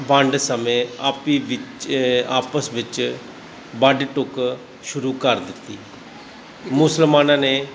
ਵੰਡ ਸਮੇਂ ਆਪਸ ਵਿੱਚ ਆਪਸ ਵਿੱਚ ਵੱਢ ਟੁੱਕ ਸ਼ੁਰੂ ਕਰ ਦਿੱਤੀ ਮੁਸਲਮਾਨਾਂ ਨੇ